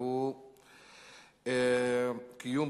והוא הצעה לסדר-היום מס' 6594 בנושא: קיום